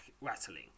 rattling